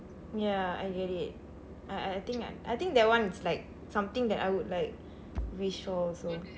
ya I get it I I think I I think that [one] is like something that I would like be sure also